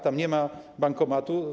Tam nie ma bankomatu.